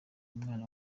umwana